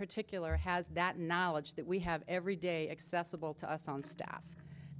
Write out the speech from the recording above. particular has that knowledge that we have every day accessible to us on staff